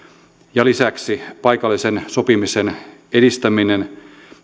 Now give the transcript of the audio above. ja lisäksi paikallisen sopimisen edistäminen